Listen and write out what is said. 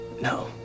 No